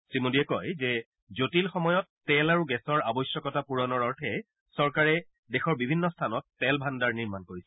শ্ৰীমোদীয়ে কয় যে জটিল সময়ত তেল আৰু গেছৰ আৱশ্যকতা পূৰণৰ অৰ্থে চৰকাৰে দেশৰ বিভিন্ন স্থানত তেল ভাণ্ডাৰ নিৰ্মাণ কৰিছে